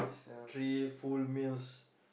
three full meals